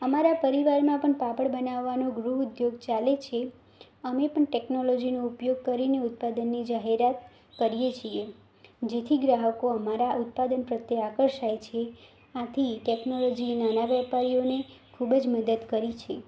અમારા પરિવારમાં પણ પાપડ બનાવવાનો ગૃહ ઉદ્યોગ ચાલે છે અમે પણ ટૅકનોલોજીનો ઉપયોગ કરીને ઉત્પાદનની જાહેરાત કરીએ છીએ જેથી ગ્રાહકો અમારા ઉત્પાદન પ્રત્યે આકર્ષાય છે આથી ટેકનોલોજીએ નાના વેપારીઓને ખૂબ જ મદદ કરી છે